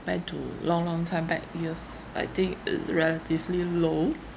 compared to long long time back years I think is relatively low